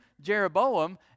Jeroboam